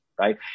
Right